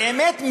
באמת,